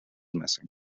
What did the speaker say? missing